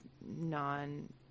non-